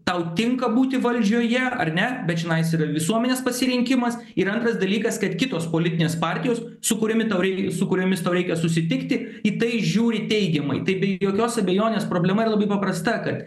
tau tinka būti valdžioje ar ne bet čianais visuomenės pasirinkimas ir antras dalykas kad kitos politinės partijos su kuriomi tau rei su kuriomis tau reikia susitikti į tai žiūri teigiamai tai be jokios abejonės problema yra labai paprasta kad